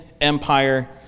empire